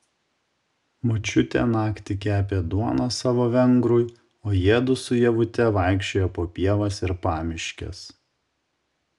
močiutė naktį kepė duoną savo vengrui o jiedu su ievute vaikščiojo po pievas ir pamiškes